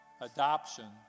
adoption